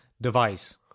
device